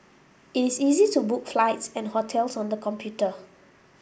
it is easy to book flights and hotels on the computer